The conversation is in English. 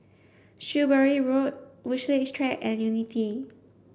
Shrewsbury Road Woodleigh Track and Unity